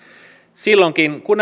silloinkin kun